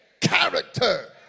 character